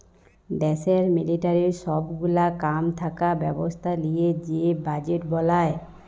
দ্যাশের মিলিটারির সব গুলা কাম থাকা ব্যবস্থা লিয়ে যে বাজেট বলায়